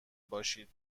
باشید